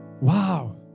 wow